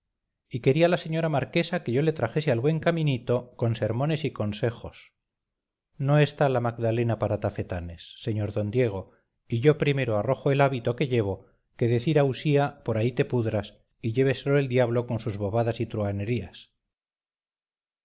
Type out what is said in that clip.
y quería la señora marquesa que yo le trajese al buen caminito con sermones y consejos no está la magdalena para tafetanes sr d diego y yo primero arrojo el hábito que llevo que decir a usía por ahí te pudras y lléveselo el diablo con sus bobadas y